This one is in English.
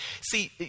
see